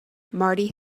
marty